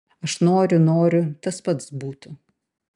aš noriu noriu tas pats būtų